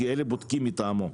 כי אלו בודקים מטעמו.